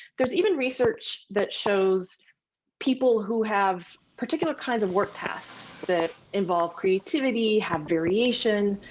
there's even research that shows people who have particular kinds of work tasks that involve creativity, have variation,